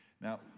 Now